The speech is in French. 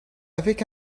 avec